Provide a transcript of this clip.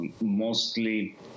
mostly